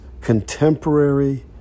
contemporary